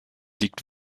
liegt